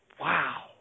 Wow